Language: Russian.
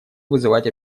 вызывать